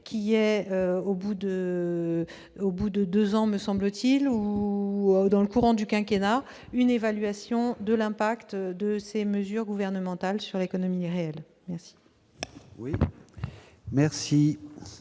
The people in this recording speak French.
menée, après deux ans, me semble-t-il, en tout cas dans le courant du quinquennat, une évaluation de l'impact de ces mesures gouvernementales sur l'économie réelle. La